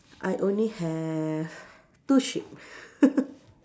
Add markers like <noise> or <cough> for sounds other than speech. I only have <breath> two sheep <laughs>